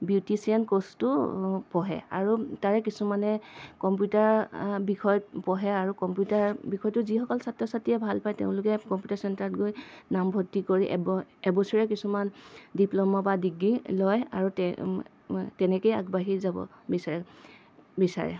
beautician কৰ্চটো পঢ়ে আৰু তাৰে কিছুমানে কম্পিউটাৰ বিষয়ত পঢ়ে আৰু কম্পিউটাৰ বিষয়টো যিসকল ছাত্ৰ ছাত্ৰীয়ে ভাল পায় তেওঁলোকে কম্পিউটাৰ চেণ্টাৰত গৈ নামভৰ্তি কৰি এব এবছৰীয়া কিছুমান ডিপ্লমা বা ডিগ্ৰী লয় আৰু তেনেকৈয়ে আগবাঢ়ি যাব বিচাৰে বিচাৰে